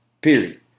Period